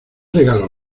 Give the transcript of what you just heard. regalos